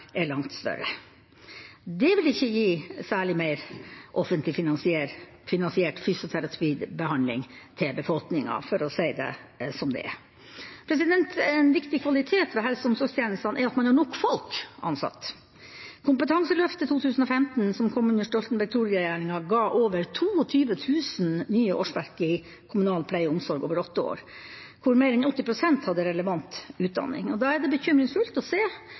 er langt større. Det vil ikke gi særlig mer offentlig finansiert fysioterapibehandling til befolkningen, for å si det som det er. En viktig kvalitet ved helse- og omsorgstjenestene er at man har nok folk ansatt. Kompetanseløftet 2015 som kom under Stoltenberg II-regjeringa, ga over 22 000 nye årsverk i kommunal pleie og omsorg over åtte år, hvor mer enn 80 pst. hadde relevant utdanning. Da er det bekymringsfullt å se